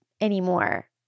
anymore